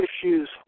issues